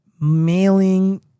mailing